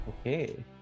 okay